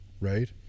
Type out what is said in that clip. right